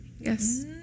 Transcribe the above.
Yes